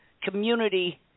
community